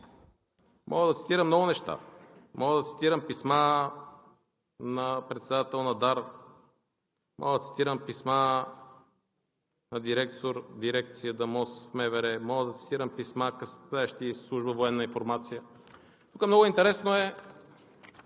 Мога да цитирам много неща. Мога да цитирам писма на председател на ДАР, мога да цитирам писма на директор на дирекция „МОС“ в МВР, мога да цитирам писма, касаещи служба „Военна информация“. Тук много интересно е